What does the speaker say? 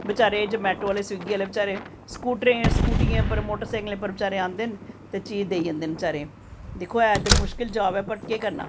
बेचारे Zomato Swiggy आह्ले बेचारे स्कूटरें उप्पर स्कूटियें मोटरसैकलें उप्पर बेचारे आंदे न ते चीज़ देई जंदे न बेचारे दिक्खो ऐ ते मुशकल जॉब ऐ पर केह् करना